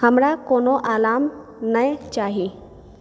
हमरा कोनो अलार्म नइँ चाही